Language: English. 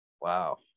Wow